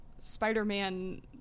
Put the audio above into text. Spider-Man